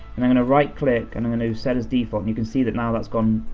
and i'm gonna right click, and i'm gonna set as default, you can see that now that's gone